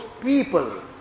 people